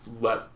let